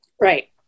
Right